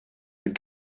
had